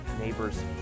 neighbors